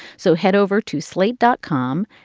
so head over to slate dot com,